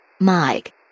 Mike